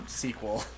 sequel